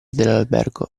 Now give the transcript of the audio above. dell’albergo